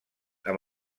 amb